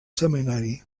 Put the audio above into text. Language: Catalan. seminari